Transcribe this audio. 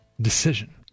decision